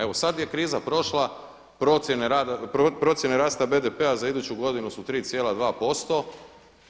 Evo sad je kriza prošla, procjene rasta BDP-a za iduću godinu su 3,2%